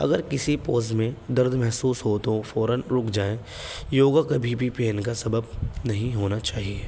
اگر کسی پوز میں درد محسوس ہو تو فوراً رک جائیں یوگا کبھی بھی پین کا سبب نہیں ہونا چاہیے